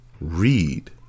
Read